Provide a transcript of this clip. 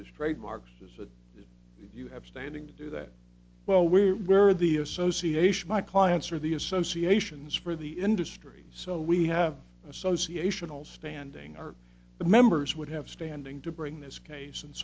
this trademark says that if you have standing to do that well we were the association my clients are the associations for the industry so we have association all standing are the members would have standing to bring this case and